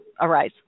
arise